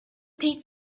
take